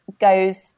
goes